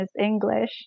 English